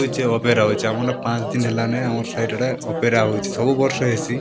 ହେଉଛେ ଅପେରା ହେଉଛେ ଆମର୍ନେ ପାଞ୍ଚ୍ ଦିନ୍ ହେଲାନେ ଆମର୍ ସାଇଟ୍ ଆଡ଼େ ଅପେରା ହେଉଛେ ସବୁ ବର୍ଷ ହେସି